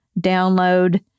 download